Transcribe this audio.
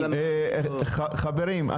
חברים,